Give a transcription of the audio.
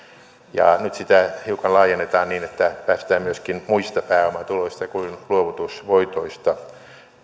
nyt sitä hiukan laajennetaan niin että päästään myöskin muista pääomatuloista kuin luovutusvoitoista